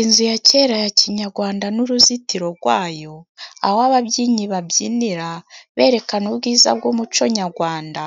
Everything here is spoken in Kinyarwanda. Inzu ya kera ya kinyagwanda n'uruzitiro gwayo aho ababyinnyi babyinira berekana ubwiza bw'umuco nyagwanda,